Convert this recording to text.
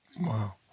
Wow